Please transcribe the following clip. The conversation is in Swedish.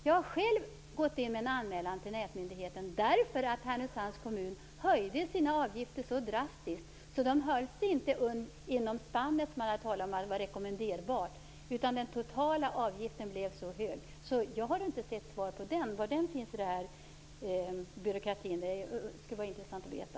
Jag har själv gjort en anmälan till nätmyndigheten, därför att Härnösands kommun höjde sina avgifter så drastiskt att de inte höll sig inom det rekommenderade spannet. Den totala avgiften blev för hög. Men jag har inte sett något svar på den anmälan, var nu den kan finnas i byråkratin. Det skulle vara intressant att veta.